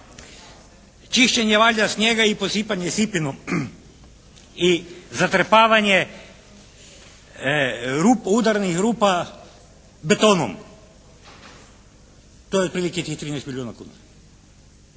Čišćenje valjda snijega i posipanje i zatrpavanje udarnih rupa betonom. To je otprilike tih 13 milijuna kuna.